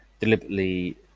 deliberately